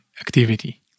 activity